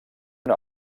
una